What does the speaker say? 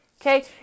okay